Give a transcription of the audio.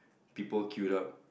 people queued up